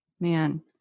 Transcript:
Man